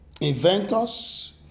inventors